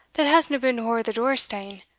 that hasna been ower the door-stane,